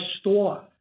store